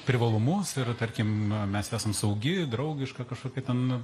privalumus ir tarkim mes esam saugi draugiška kažkokia ten